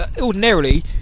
ordinarily